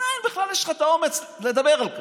מניין בכלל יש לך את האומץ לדבר על כך?